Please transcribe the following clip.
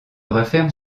referme